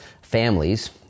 families